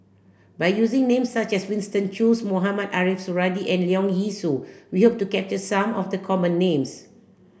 by using names such as Winston Choos Mohamed Ariff Suradi and Leong Yee Soo we hope to capture some of the common names